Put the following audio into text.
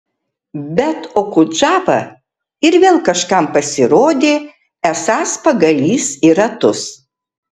bet okudžava ir vėl kažkam pasirodė esąs pagalys į ratus